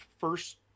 first